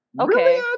Okay